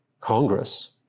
Congress